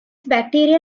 bacterial